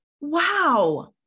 Wow